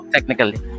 Technically